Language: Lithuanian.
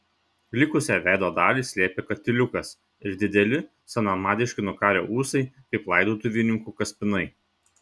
likusią veido dalį slėpė katiliukas ir dideli senamadiški nukarę ūsai kaip laidotuvininkų kaspinai